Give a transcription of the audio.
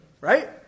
right